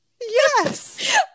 Yes